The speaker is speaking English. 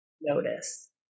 notice